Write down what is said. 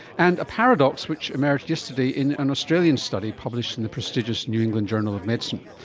and a paradox which emerged yesterday in an australian study published in the prestigious new england journal of medicine.